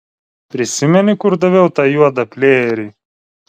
prisimeni kur daviau tą juodą plėjerį